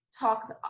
talks